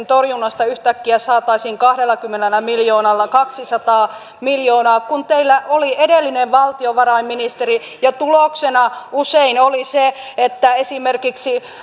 torjunnasta yhtäkkiä saataisiin kahdellakymmenellä miljoonalla kaksisataa miljoonaa kun teillä oli edellinen valtiovarainministeri ja tuloksena usein oli se että esimerkiksi